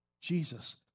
Jesus